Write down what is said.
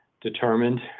determined